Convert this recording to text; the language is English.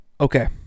Okay